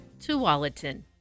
Tualatin